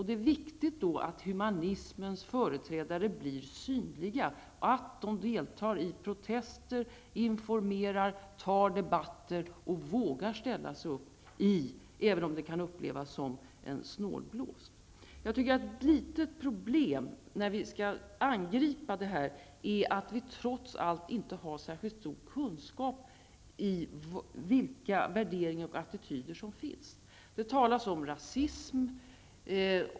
Det är viktigt att humanismens företrädare blir synliga, att de deltar i protester, informerar, tar debatter och vågar ställa upp, även om det kan upplevas som en snålblåst. Ett litet problem är att vi trots allt inte har särskilt stor kunskap om vilka värderingar och attityder som finns. Det talas om rasism.